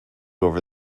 over